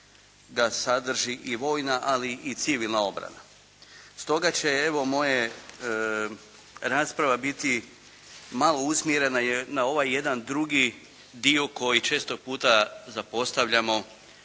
da sadrži i vojna, ali i civilna obrana. Stoga će, evo, moja rasprava biti malo usmjerena na ovaj jedan drugi dio koji često puta zapostavljamo,